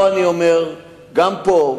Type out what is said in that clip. גם פה,